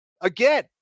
Again